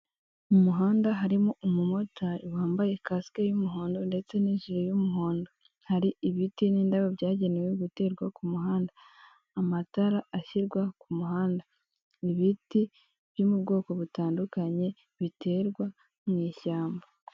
Mu muhanda harimo umu motari wambaye kasike y'umuhondo ndetse n'ijire y'umuhondo, hari ibiti n'indabo byagenewe guterwa kumuhanda .Amatara ashyirwa k'umuhanda ,ibiti byo mu bwoko butandukanye biterwa mwishyamba.